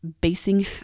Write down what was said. basing